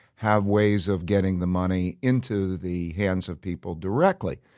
have ways of getting the money into the hands of people directly.